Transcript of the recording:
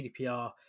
GDPR